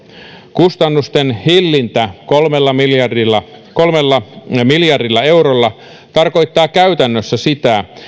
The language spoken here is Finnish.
kustannusten hillintä kolmella miljardilla kolmella miljardilla eurolla tarkoittaa käytännössä sitä